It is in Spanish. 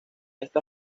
esta